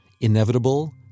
inevitable